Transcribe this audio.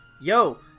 Yo